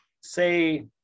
say